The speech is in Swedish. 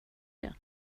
det